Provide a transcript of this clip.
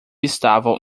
estavam